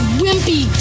wimpy